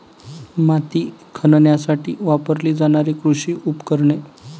माती खणण्यासाठी वापरली जाणारी कृषी उपकरणे